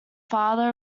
father